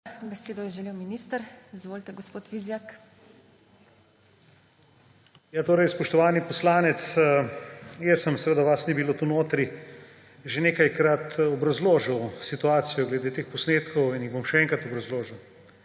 Besedo je želel minister. Izvolite, gospod Vizjak. **MAG. ANDREJ VIZJAK:** Spoštovani poslanec, jaz sem – seveda vas ni bilo tu notri – že nekajkrat obrazložil situacijo glede teh posnetkov in jo bom še enkrat obrazložil